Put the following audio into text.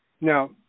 Now